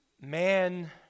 man